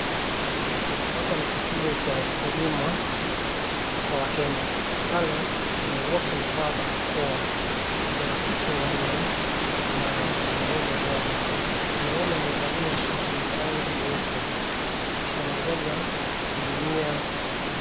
Hapa ni kituo cha huduma kwa wakenya pale wote wamevaa barakoa. Kuna wa kike wanne na mwanaume mmoja. Mwanaume amevalia shati yenye rangi jeupe kisha wanangoja kuhudumia wateja.